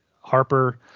Harper